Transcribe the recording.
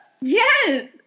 Yes